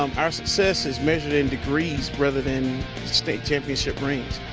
um our success is measured in degrees rather than state championship rings.